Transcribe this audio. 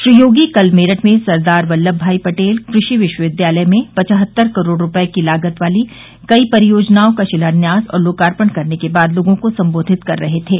श्री योगी कल मेरठ में सरदार बल्लभ भाई पटेल क़ृषि विश्वविद्यालय में पचहत्तर करोड़ रूपये लागत की कई परियोजनाओं का शिलान्यास और लोकार्पण करने के बाद लोगों को सम्बोधित कर रहे थे